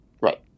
right